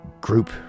group